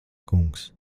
kungs